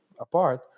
apart